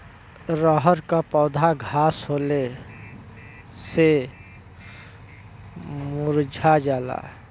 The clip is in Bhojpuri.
रहर क पौधा घास होले से मूरझा जाला